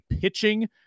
pitching